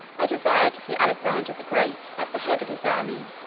i desired to see alexander the great at the head of his army,